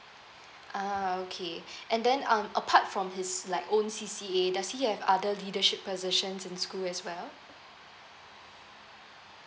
ah okay and then um apart from his like own C_C_A does he have other leadership positions in school as well